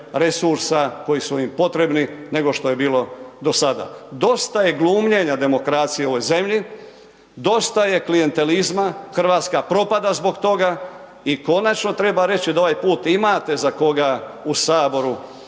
resursa koji su im potrebni nego što je bilo do sada. Dosta je glumljena demokracije u ovoj zemlji, dosta je klijentizma, Hrvatska propada zbog toga i konačno treba reći, da ovaj put imate za koga u Saboru